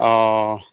অঁ